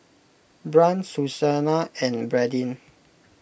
Brant Susannah and Brandyn